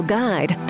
guide